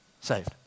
Saved